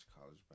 college